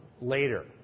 later